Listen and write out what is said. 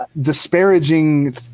disparaging